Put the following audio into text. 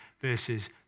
versus